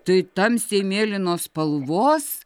tai tamsiai mėlynos spalvos